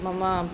मम